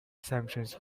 sanctions